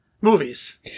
movies